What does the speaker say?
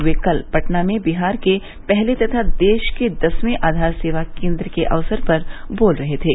वे कल पटना में बिहार के पहले तथा देश के दसवे आधार सेवा केन्द्र के अवसर पर बोल रहे थे